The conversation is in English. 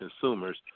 consumers